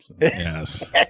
Yes